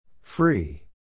Free